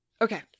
Okay